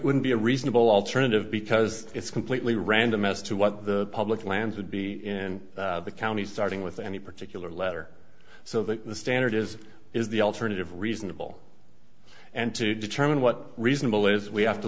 wouldn't be a reasonable alternative because it's completely random as to what the public lands would be in the county starting with any particular letter so that the standard is is the alternative reasonable and to determine what reasonable is we have to